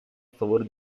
favore